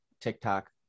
TikTok